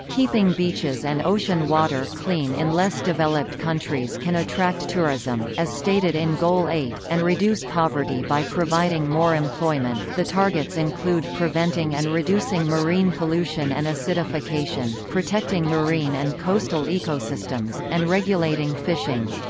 keeping beaches and ocean water clean in less developed countries can attract tourism, as stated in goal eight, and reduce poverty by providing more employment the targets include preventing and reducing marine pollution and acidification, protecting marine and coastal ecosystems, and regulating fishing.